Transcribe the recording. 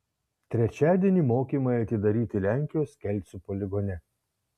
trečiadienį mokymai atidaryti lenkijos kelcų poligone